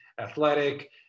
athletic